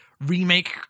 remake